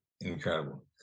incredible